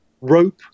rope